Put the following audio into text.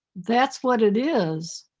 that's what it is.